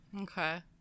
Okay